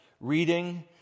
reading